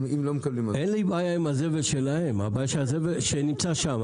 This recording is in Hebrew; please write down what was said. אין לי בעיה עם הזבל שלהם שנמצא שם,